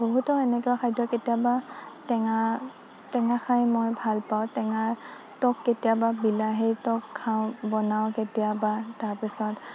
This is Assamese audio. বহুতো এনেকুৱা খাদ্য কেতিয়াবা টেঙা টেঙা খাই মই ভাল পাওঁ টেঙা টক কেতিয়াবা বিলাহী টক খাওঁ বনাও কেতিয়াবা তাৰপিছত